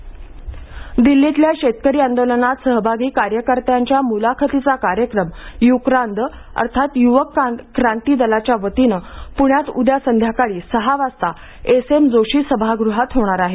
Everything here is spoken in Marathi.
युक्रांद मुलाखत दिल्लीतल्या शेतकरी आंदोलनात सहभागी कार्यकर्त्यांच्या मुलाखतीचा कार्यक्रम युक्रांद अर्थात युवक क्रांती दलाच्या वतीनं पूण्यात उद्या संध्याकाळी सहा वाजता एस एम जोशी सभागृहात होणार आहे